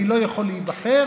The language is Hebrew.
מי לא יכול להיבחר,